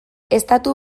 estatu